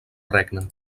regne